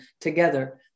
together